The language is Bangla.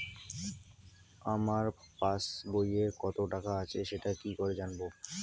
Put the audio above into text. আমার পাসবইয়ে কত টাকা আছে সেটা কি করে জানবো?